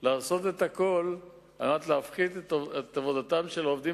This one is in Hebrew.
לעשות את הכול על מנת להפחית את עבודתם של העובדים